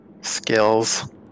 skills